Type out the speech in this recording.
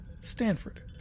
Stanford